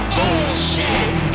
Bullshit